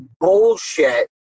bullshit